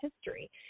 history